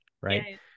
right